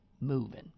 moving